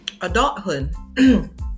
adulthood